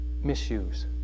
misuse